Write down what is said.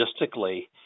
logistically